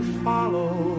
follow